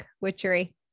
witchery